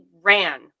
ran